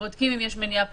בודקים אם יש מניעה פלילית,